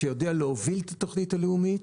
שיודע להוביל את התוכנית הלאומית